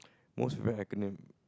most favourite acronym